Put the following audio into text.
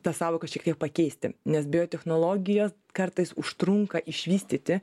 tą sąvoką šiek tiek pakeisti nes biotechnologiją kartais užtrunka išvystyti